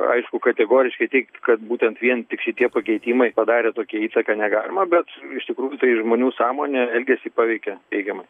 aišku kategoriškai teigt kad būtent vien tik šitie pakeitimai padarė tokią įtaką negalima bet iš tikrųjų tai žmonių sąmonė elgesį paveikė teigiamai